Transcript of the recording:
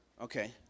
Okay